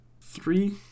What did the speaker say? Three